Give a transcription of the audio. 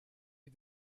die